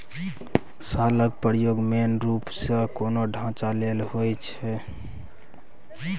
शालक प्रयोग मेन रुप सँ कोनो ढांचा लेल होइ छै